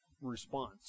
response